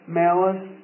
malice